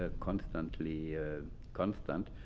ah constantly constant.